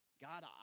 God